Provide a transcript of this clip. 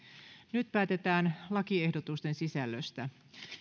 nyt päätetään lakiehdotusten sisällöstä